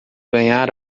ganhar